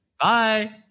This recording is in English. Bye